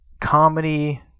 comedy